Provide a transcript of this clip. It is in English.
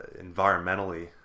environmentally